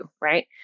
right